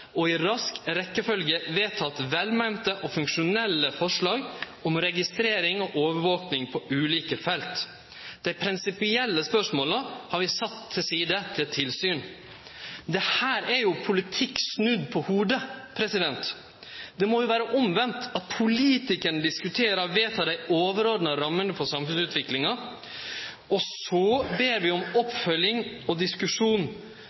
og i rask rekkjefølgje vedteke velmeinte og funksjonelle forslag om registrering og overvaking på ulike felt. Dei prinsipielle spørsmåla har vi sett til side til tilsyn. Dette er politikk snudd på hovudet. Det må jo vere omvendt – at politikarane diskuterer og vedtek dei overordna rammene for samfunnsutviklinga, og så ber vi om oppfølging og diskusjon